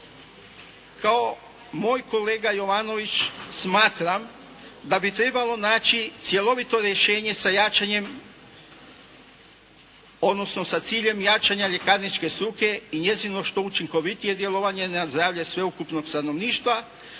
Kao moj kolega Jovanović smatram da bi trebalo naći cjelovito rješenje sa jačanjem odnosno sa ciljem jačanja ljekarničke struke i njezino što učinkovitije djelovanje na zdravlje sveukupnog stanovništva,